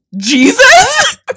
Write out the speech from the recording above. Jesus